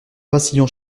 vacillant